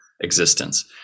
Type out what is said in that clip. existence